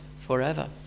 forever